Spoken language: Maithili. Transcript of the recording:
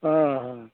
अहऽ